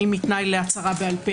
האם היא תנאי להצהרה בעל פה,